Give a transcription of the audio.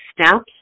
steps